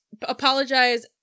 apologize